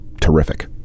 terrific